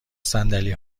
صندلی